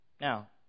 Now